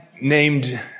named